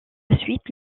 suite